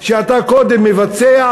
שאתה קודם מבצע,